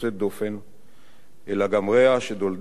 אלא גם רע שדלתו תמיד היתה פתוחה.